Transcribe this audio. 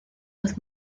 with